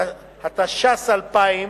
התש"ס 2000,